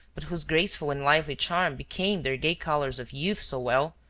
but whose graceful and lively charm became their gay colors of youth so well,